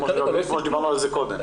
כמו שדיברנו על זה קודם.